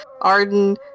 Arden